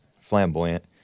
Flamboyant